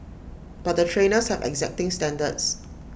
but the trainers have exacting standards